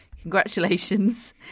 congratulations